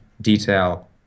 detail